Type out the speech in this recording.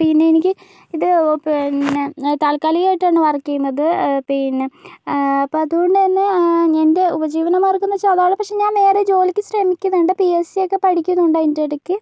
പിന്നെ എനിക്ക് ഇത് പിന്നെ താൽക്കാലികയിട്ടാണ് വർക്ക് ചെയ്യുന്നത് പിന്നെ അപ്പം അതുകൊണ്ട് തന്നെ എൻ്റെ ഉപജീവനമാർഗ്ഗം എന്ന് വച്ചാൽ അത് ആണ് പക്ഷെ ഞാൻ വേറെ ജോലിക്ക് ശ്രമിക്കുന്നുണ്ട് പിഎസ്സിയൊക്കെ പഠിക്കുന്നുണ്ട് അതിൻ്റെ ഇടയ്ക്ക്